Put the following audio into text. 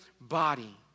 body